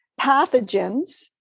pathogens